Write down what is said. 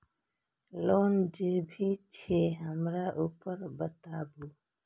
Loan जे भी छे हमरा ऊपर बताबू?